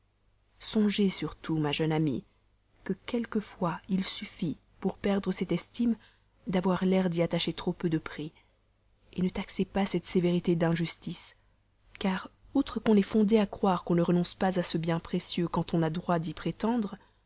songez surtout ma jeune amie que quelquefois il suffit pour la perdre d'avoir l'air d'y attacher trop peu de prix ne taxez pas cette sévérité d'injustice car outre qu'on est fondé à croire qu'on ne renonce pas à ce bien précieux quand on a droit d'y prétendre